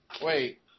wait